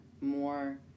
more